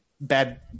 bad